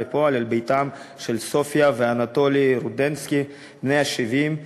לפועל אל ביתם של סופיה ואנטולי רודניצקי בני ה-70,